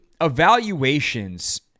evaluations